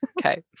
Okay